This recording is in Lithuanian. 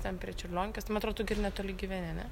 ten prie čiurlionkės tai ma atro tu ir gi netoli gyveni ane